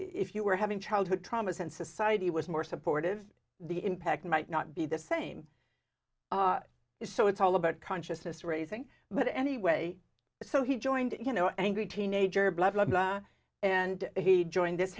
if you were having childhood traumas and society was more supportive the impact might not be the same so it's all about consciousness raising but anyway so he joined you know angry teenager blah blah blah and he joined this